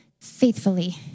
faithfully